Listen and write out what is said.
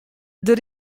der